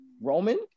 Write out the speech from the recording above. Roman